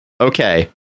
Okay